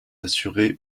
assuré